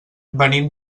venim